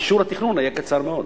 אישור התכנון היה קצר מאוד.